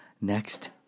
next